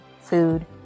food